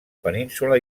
península